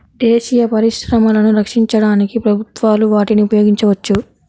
దేశీయ పరిశ్రమలను రక్షించడానికి ప్రభుత్వాలు వాటిని ఉపయోగించవచ్చు